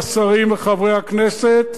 השרים וחברי הכנסת,